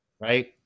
right